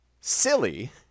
silly